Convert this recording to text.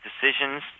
decisions